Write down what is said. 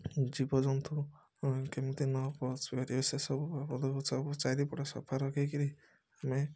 ଜୀବଜନ୍ତୁ କେମିତି ନ ପଶି ପାରିବେ ସେ ସବୁ ବାବଦକୁ ଚାରିପଟେ ସଫା ରଖି କିରି ଆମେ